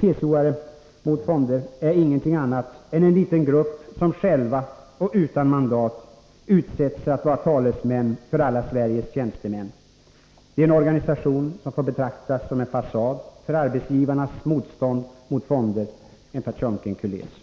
TCO-are mot fonder är ingenting annat än en liten grupp människor som själva och utan mandat utsett sig att vara talesmän för alla Sveriges tjänstemän. Det är en organisation som får betraktas som en fasad för arbetsgivarnas motstånd mot fonder — en Potemkinkuliss.